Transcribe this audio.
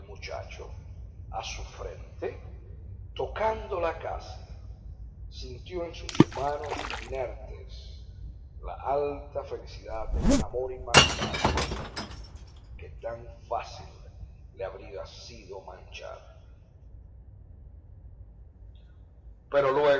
muchacho a su frente tocándola casi sintió en sus manos inertes la alta felicidad de un amor inmaculado que tan fácil le habría sido manchar pero luego